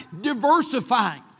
diversifying